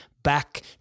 Back